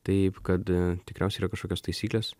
taip kad tikriausiai yra kažkokios taisyklės